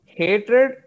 hatred